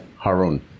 Harun